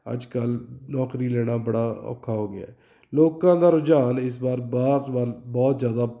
ਅੱਜ ਕੱਲ੍ਹ ਨੌਕਰੀ ਲੈਣਾ ਬੜਾ ਔਖਾ ਹੋ ਗਿਆ ਲੋਕਾਂ ਦਾ ਰੁਝਾਨ ਇਸ ਵਾਰ ਬਾਹਰ ਵੱਲ ਬਹੁਤ ਜ਼ਿਆਦਾ